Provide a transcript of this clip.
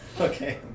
Okay